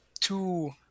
two